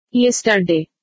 yesterday